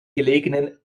gelegenen